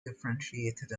differentiated